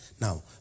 Now